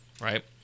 right